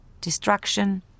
Destruction